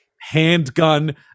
handgun